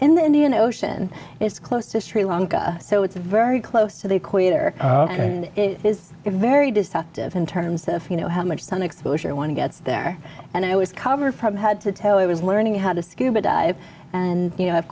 in the indian ocean it's close to sri lanka so it's very close to the equator and it is very destructive in terms of you know how much sun exposure i want to get there and i was covered from head to toe i was learning how to scuba dive and you know of